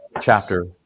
chapter